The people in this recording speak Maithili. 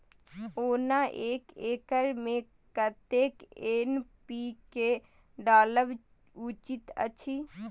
ओना एक एकर मे कतेक एन.पी.के डालब उचित अछि?